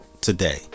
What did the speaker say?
Today